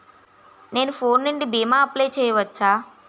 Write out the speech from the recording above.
నేను ఫోన్ నుండి భీమా అప్లయ్ చేయవచ్చా?